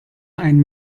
ein